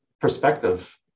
perspective